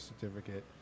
Certificate